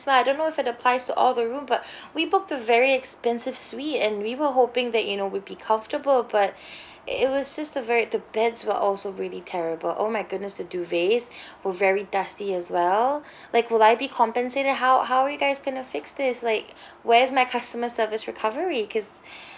smell I don't know if it applies to all the room but we booked a very expensive suite and we were hoping that you know we'd be comfortable but it was just a very the beds were also really terrible oh my goodness the duvets were very dusty as well like will I be compensated how how are you guys going to fix this like where's my customer service recovery because